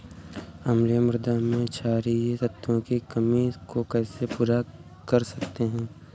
अम्लीय मृदा में क्षारीए तत्वों की कमी को कैसे पूरा कर सकते हैं?